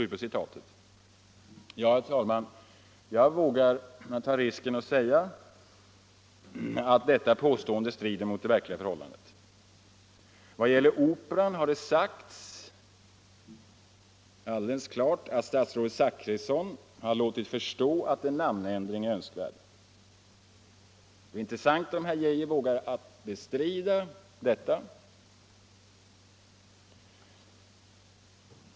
Jag vågar ta risken att säga att detta påstående strider mot det verkliga förhållandet. Vad gäller operan har det alldeles klart sagts att statsrådet Zachrisson låtit förstå att en namnändring vore önskvärd. Det vore intressant om herr Geijer vågade bestrida detta.